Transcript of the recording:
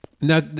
Now